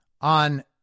on